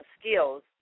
skills